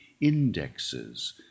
indexes